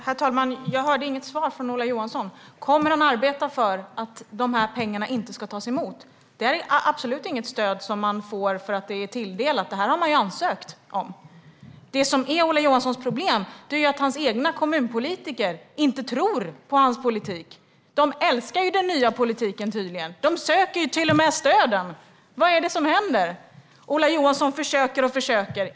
Herr talman! Jag hörde inget svar från Ola Johansson. Kommer han att arbeta för att de här pengarna inte ska tas emot? Det är absolut inte ett stöd som man får för att det är tilldelat. Det här har man ansökt om. Det som är Ola Johanssons problem är att hans egna kommunpolitiker inte tror på hans politik. De älskar tydligen den nya politiken. De söker till och med stöden. Vad är det som händer? Ola Johansson försöker och försöker.